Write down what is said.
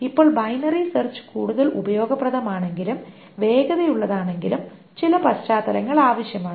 ഇപ്പോൾ binary search കൂടുതൽ ഉപയോഗപ്രദമാണെങ്കിലും വേഗതയുള്ളതാണെങ്കിലും ചില പശ്ചാത്തലങ്ങൾ ആവശ്യമാണ്